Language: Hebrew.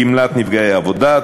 גמלת נפגעי עבודה,